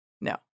No